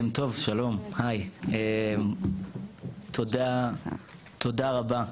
טוב שלום, הי, תודה רבה.